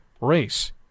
race